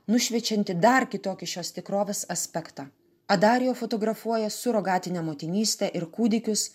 nušviečianti dar kitokį šios tikrovės aspektą adarijo fotografuoja surogatinę motinystę ir kūdikius